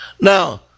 Now